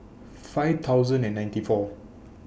five thousand and ninety four